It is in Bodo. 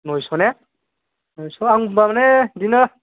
नयस' ने नयस' आंबो माने बिदिनो